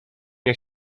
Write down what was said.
nie